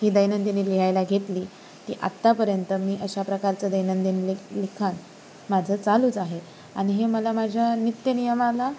ही दैनंदिनी लिहायला घेतली ती आत्तापर्यंत मी अशा प्रकारचं दैनंदिन लीक लिखाण माझं चालूच आहे आणि हे मला माझ्या नित्यनियमाला